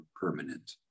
permanent